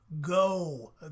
Go